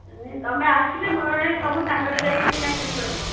ତୁମେ ଆସିଲେ ତୁମ ସାଙ୍ଗରେ ଯାଇକି କିଣାକିଣି କରିବି